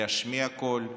להשמיע קול,